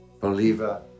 believer